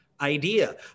idea